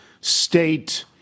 State